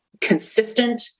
consistent